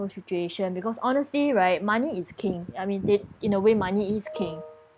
situation because honestly right money is king I mean it in a way money is king